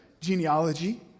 genealogy